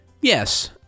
Yes